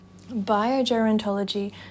Biogerontology